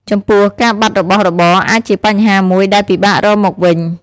ចំពោះ ការបាត់របស់របរអាចជាបញ្ហាមួយដែលពិបាករកមកវិញ។